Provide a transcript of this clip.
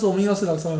跟你讲不完